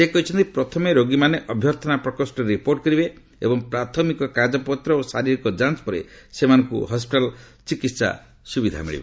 ସେ କହିଛନ୍ତି ପ୍ରଥମେ ରୋଗୀମାନେ ଅଭ୍ୟର୍ଥନା ପ୍ରକୋଷ୍ଠରେ ରିପୋର୍ଟ କରିବେ ଏବଂ ପ୍ରାଥମିକ କାଗଜପତ୍ର ଓ ଶାରୀରିକ ଯାଞ୍ ପରେ ସେମାନଙ୍କୁ ହସ୍କିଟାଲ୍ ଚିକିତ୍ସା ସୁବିଧା ମିଳିବ